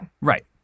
Right